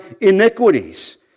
iniquities